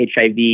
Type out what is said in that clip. HIV